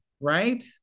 Right